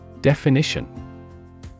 Definition